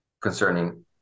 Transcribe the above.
concerning